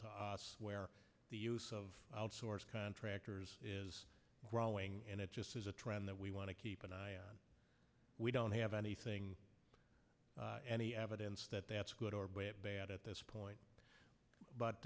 to where the use of outsourced contractors is growing and it just is a trend that we want to keep an eye on we don't have anything any evidence that that's good or bad bad at this point but